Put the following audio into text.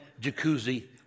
jacuzzi